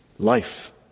Life